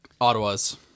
Ottawa's